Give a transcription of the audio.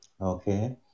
Okay